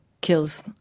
kills